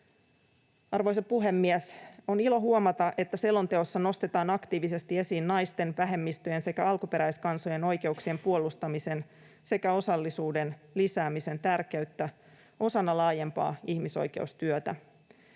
Arvoisa puhemies! On ilo huomata, että selonteossa nostetaan aktiivisesti esiin naisten, vähemmistöjen sekä alkuperäiskansojen oikeuksien puolustamisen sekä osallisuuden lisäämisen tärkeyttä osana laajempaa ihmisoikeustyötä.